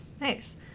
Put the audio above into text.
Nice